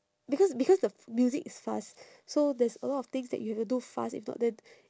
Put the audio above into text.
because because the music is fast so there's a lot of things that you have to do fast if not then